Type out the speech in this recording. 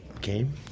game